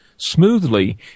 smoothly